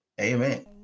Amen